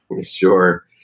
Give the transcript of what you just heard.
Sure